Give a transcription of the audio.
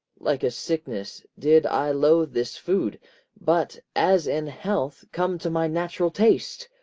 like a sickness, did i loathe this food but, as in health, come to my natural taste,